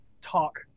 talk